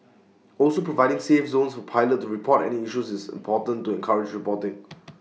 also providing 'safe zones' for pilots to report any issues is important to encourage reporting